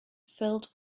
filled